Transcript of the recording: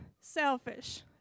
selfish